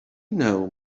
know